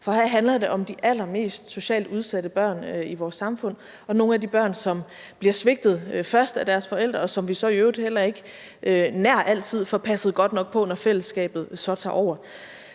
For her handler det om de allermest socialt udsatte børn i vores samfund, altså nogle af de børn, som bliver svigtet først af deres forældre, og som vi så i øvrigt heller ikke nær altid får passet godt nok på, når fællesskabet så tager over.